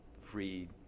free